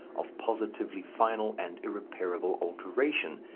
of positively final and irreparable alteration,